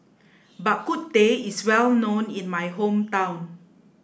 bak kut teh is well known in my hometown